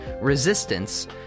resistance